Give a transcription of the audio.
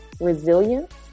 resilience